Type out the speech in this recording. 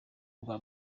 rwa